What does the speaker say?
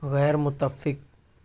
غیر متفق